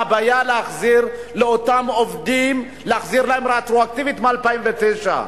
מה הבעיה להחזיר לאותם עובדים רטרואקטיבית מ-2009?